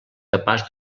capaç